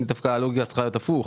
זה דווקא היה צריך להיות הפוך,